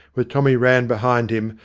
with tommy rann behind him,